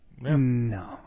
No